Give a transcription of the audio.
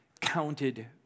counted